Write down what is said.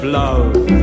love